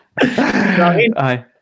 aye